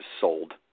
sold